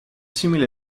simile